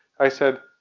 i said,